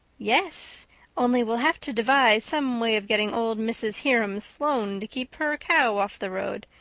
yes only we'll have to devise some way of getting old mrs. hiram sloane to keep her cow off the road,